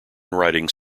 writings